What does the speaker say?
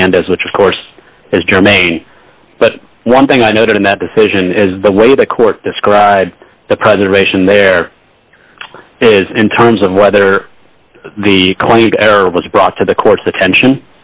hernandez which of course is germane but one thing i noted in that decision is the way the court described the preservation there is in terms of whether the claim was brought to the court's attention